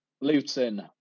Luton